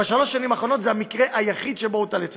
בשלוש השנים האחרונות זה המקרה היחיד שבו הוטל הטיל היצף.